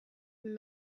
been